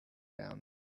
down